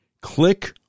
click